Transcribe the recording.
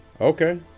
Okay